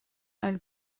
elle